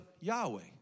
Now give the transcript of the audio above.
Yahweh